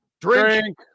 Drink